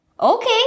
Okay